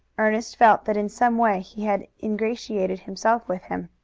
ernest felt that in some way he had ingratiated himself with him.